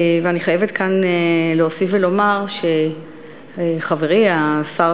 ואני חייבת כאן להוסיף ולומר שחברי השר